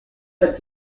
but